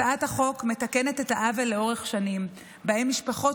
הצעת החוק מתקנת את העוול לאורך שנים שבהן משפחות